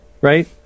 right